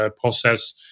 process